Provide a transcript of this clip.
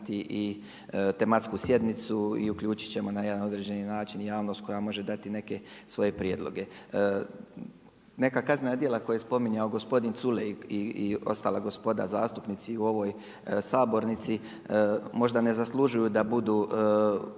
i tematsku sjednicu i uključit ćemo na jedan određeni način i javnost koja može dati neke svoje prijedloge. Neka kaznena djela koja je spominjao gospodin Culej i ostala gospoda zastupnici i u ovoj sabornici možda ne zaslužuju da budu